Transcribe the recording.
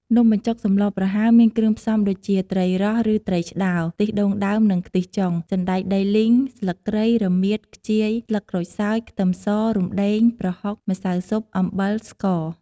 នំបញ្ចុកសម្លប្រហើរមានគ្រឿងផ្សំដូចជា ត្រីរ៉ស់ឬត្រីឆ្តោរ ខ្ទិះដូងដើមនិងខ្ទិះចុង សណ្តែកដីលីង ស្លឺកគ្រៃ រមៀត ខ្ជាយ ស្លឹកក្រូចសើច ខ្ទឹមស រំដេង ប្រហុក ម្សៅស៊ុប អំបិល ស្ករ។